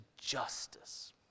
justice